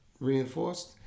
reinforced